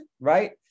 right